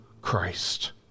Christ